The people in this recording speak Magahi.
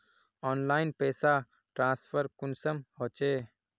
ऑनलाइन पैसा ट्रांसफर कुंसम होचे?